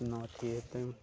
कोनो अथी हेतै